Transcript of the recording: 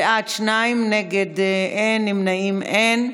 בעד, שניים, נגד, אין, נמנעים, אין.